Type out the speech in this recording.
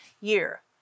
year